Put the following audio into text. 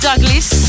Douglas